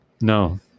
No